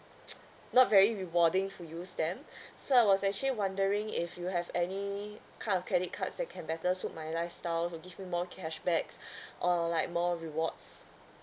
not very rewarding to use them so I was actually wondering if you have any kind of credit cards that can better suit my lifestyle will give me more cashbacks uh like more rewards